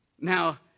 Now